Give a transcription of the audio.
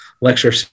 lecture